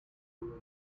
two